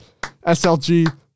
SLG